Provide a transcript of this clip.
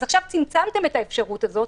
אז עכשיו צמצמתם את האפשרות הזאת.